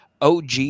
OG